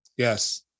Yes